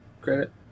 credit